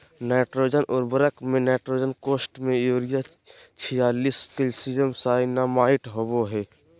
nitrogen उर्वरक में nitrogen कोष्ठ में यूरिया छियालिश कैल्शियम साइनामाईड होबा हइ